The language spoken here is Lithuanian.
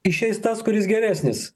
išeis tas kuris geresnis